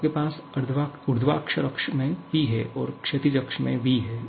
आपके पास ऊर्ध्वाधर अक्ष में Pहै और क्षैतिज अक्ष में Vहै